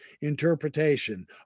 interpretation